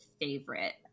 favorite